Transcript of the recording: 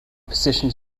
positions